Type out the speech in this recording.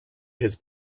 his